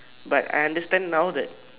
but I understand now that